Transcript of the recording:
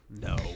no